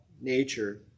nature